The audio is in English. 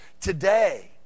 today